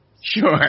Sure